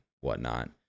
whatnot